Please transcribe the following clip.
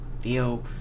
Theo